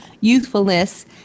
youthfulness